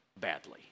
badly